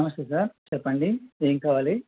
నమస్తే సార్ చెప్పండి ఏం కావాలి